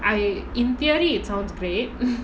I in theory it sounds great